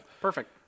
Perfect